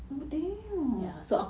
oh damn